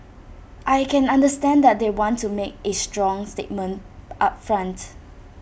I can understand that they want to make A strong statement up front